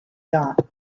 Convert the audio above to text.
yacht